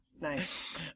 Nice